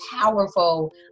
powerful